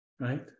right